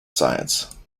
science